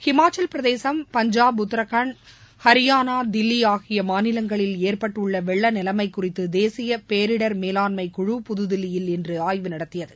ஹிமாச்சலப்பிரதேசம் பஞ்சாப் உத்தரகாண்ட் ஹரியானா தில்லி ஆகிய மாநிலங்களில் ஏற்பட்டுள்ள வெள்ளநிலைமை குறித்து தேசிய இடர் மேலாண்மைக்குழு புதுதில்லியில் இன்று ஆய்வு நடத்தியது